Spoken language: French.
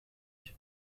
lui